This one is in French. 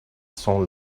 cents